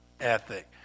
ethic